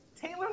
Taylor